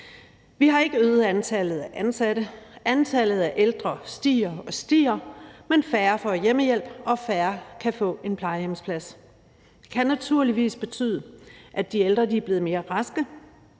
Vi har ikke øget antallet af ansatte, antallet af ældre stiger og stiger, men færre får hjemmehjælp, og færre kan få en plejehjemsplads. Det kan naturligvis betyde, at de ældre er blevet mere raske,